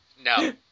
No